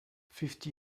fifty